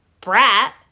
brat